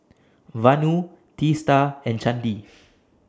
Vanu Teesta and Chandi